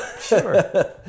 Sure